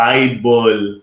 Bible